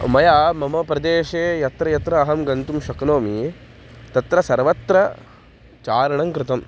मया मम प्रदेशे यत्र यत्र अहं गन्तुं शक्नोमि तत्र सर्वत्र चारणङ्कृतम्